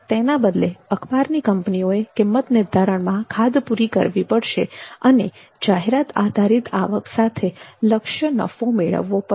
તેના બદલે અખબારની કંપનીઓએ કિંમત નિર્ધારણમાં ખાધ પૂરી કરવી પડશે અને જાહેરાત આધારિત આવક સાથે લક્ષ્ય નફો મેળવવો પડશે